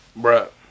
Bruh